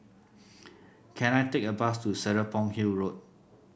can I take a bus to Serapong Hill Road